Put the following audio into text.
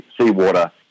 seawater